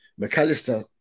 McAllister